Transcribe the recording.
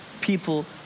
people